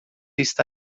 está